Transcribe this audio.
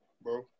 bro